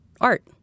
art